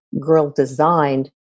girl-designed